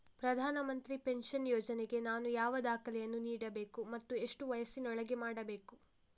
ಪ್ರಧಾನ ಮಂತ್ರಿ ಪೆನ್ಷನ್ ಯೋಜನೆಗೆ ನಾನು ಯಾವ ದಾಖಲೆಯನ್ನು ನೀಡಬೇಕು ಮತ್ತು ಎಷ್ಟು ವಯಸ್ಸಿನೊಳಗೆ ಮಾಡಬೇಕು?